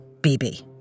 BB